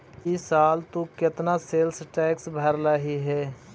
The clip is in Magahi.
ई साल तु केतना सेल्स टैक्स भरलहिं हे